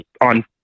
on